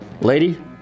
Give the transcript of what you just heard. Lady